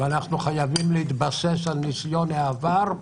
ואנחנו חייבים להתבסס על ניסיון העבר.